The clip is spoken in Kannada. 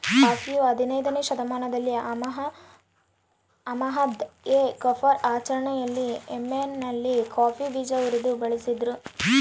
ಕಾಫಿಯು ಹದಿನಯ್ದನೇ ಶತಮಾನದಲ್ಲಿ ಅಹ್ಮದ್ ಎ ಗಫರ್ ಆಚರಣೆಯಲ್ಲಿ ಯೆಮೆನ್ನಲ್ಲಿ ಕಾಫಿ ಬೀಜ ಉರಿದು ಬಳಸಿದ್ರು